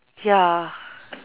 ya